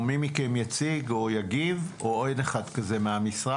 מי מכם יציג או יגיב או אין אחד הזה מהמשרד?